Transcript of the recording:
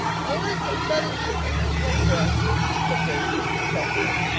i wanted some feathers for an injun headdress, said davy sulkily.